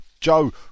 Joe